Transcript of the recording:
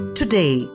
today